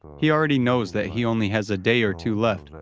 he already knows that he only has a day or two left,